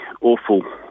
awful